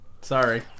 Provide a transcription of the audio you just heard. Sorry